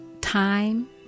Time